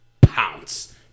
pounce